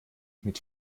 mit